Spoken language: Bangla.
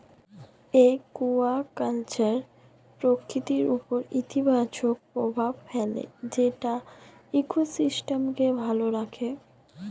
একুয়াকালচার প্রকৃতির উপর ইতিবাচক প্রভাব ফেলে যেটা ইকোসিস্টেমকে ভালো রাখে